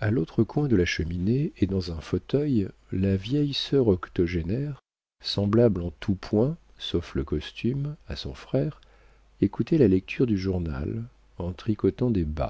a l'autre coin de la cheminée et dans un fauteuil la vieille sœur octogénaire semblable en tout point sauf le costume à son frère écoutait la lecture du journal en tricotant des